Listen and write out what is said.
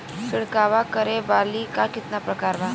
छिड़काव करे वाली क कितना प्रकार बा?